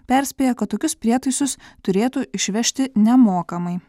perspėja kad tokius prietaisus turėtų išvežti nemokamai